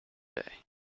day